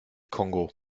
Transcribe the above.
kongo